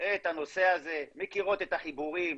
את הנושא הזה, מכירות את החיבורים,